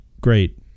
great